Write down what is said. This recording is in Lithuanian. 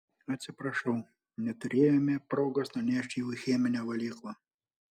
atsiprašau neturėjome progos nunešti jų į cheminę valyklą